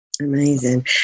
amazing